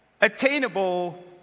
attainable